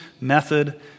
method